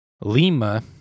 Lima